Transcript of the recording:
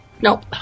Nope